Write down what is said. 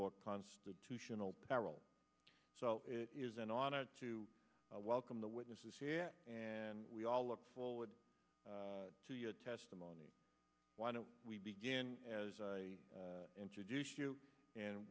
book constitutional peril so it is an honor to welcome the witnesses here and we all look forward to your testimony why don't we begin as i introduce you and